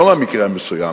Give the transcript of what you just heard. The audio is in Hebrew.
לא מהמקרה המסוים,